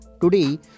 Today